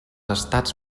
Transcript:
estats